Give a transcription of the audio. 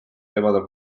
teemal